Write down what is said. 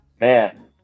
man